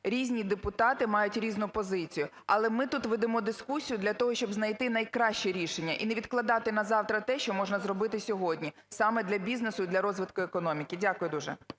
Різні депутати мають різну позицію, але ми тут ведемо дискусію для того, щоб знайти найкраще рішення і не відкладати на завтра те, що можна зробити сьогодні, саме для бізнесу і для розвитку економіки. Дякую дуже.